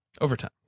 Overtime